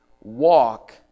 Walk